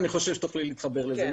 ואני חושב שתוכלי להתחבר לזה.